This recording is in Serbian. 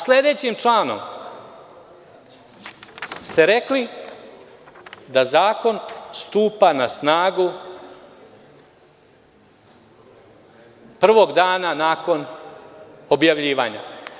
Sledećim članom ste rekli da zakon stupa na snagu prvog dana nakon objavljivanja.